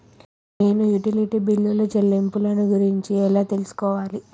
నేను utility bill చెల్లింపులను గురించి ఎలా తెలుసుకోవాలి?